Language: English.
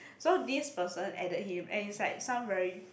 so this person added him and is like some very